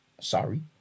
Sorry